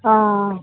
आं